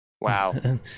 Wow